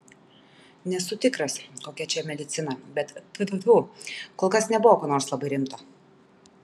nesu tikras kokia čia medicina bet tfu tfu tfu kol kas nebuvo ko nors labai rimto